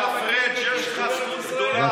במפלגות החרדיות לא יכולים להתמודד על